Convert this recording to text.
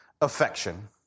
affection